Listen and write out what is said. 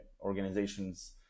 organizations